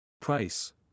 Price